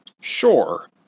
Sure